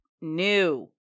new